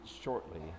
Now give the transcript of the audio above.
shortly